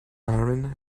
aaron